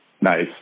Nice